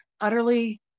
utterly